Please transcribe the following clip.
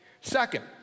Second